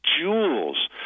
jewels